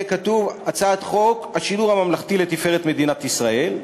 יהיה כתוב: הצעת חוק השידור הממלכתי לתפארת מדינת ישראל,